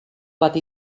bat